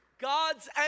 God's